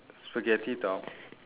spaghetti top